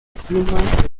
plumas